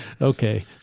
Okay